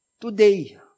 today